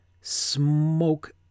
smoke